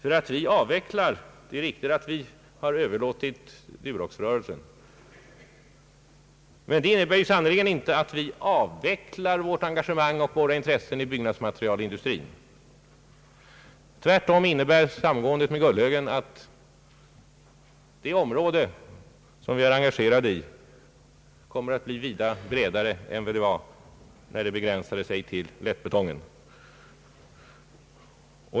Det är riktigt att vi har överlåtit Duroxrörelsen, men det innebär sannerligen inte att vi avvecklar vårt engagemang och våra intressen i byggnadsmaterialindustrin. Tvärtom innebär samgåendet med Gullhögen att det område, som vi är engagerade i, kommer att bli avsevärt bredare än då produktionen begränsade sig till lättbetongen.